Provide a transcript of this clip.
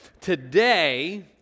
today